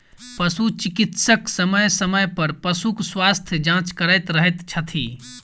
पशु चिकित्सक समय समय पर पशुक स्वास्थ्य जाँच करैत रहैत छथि